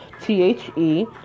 T-H-E